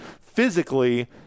physically